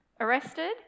arrested